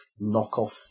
knockoff